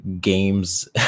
games